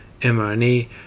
mRNA